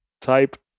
type